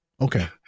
Okay